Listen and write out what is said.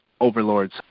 overlords